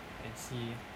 we can see